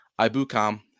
Ibukam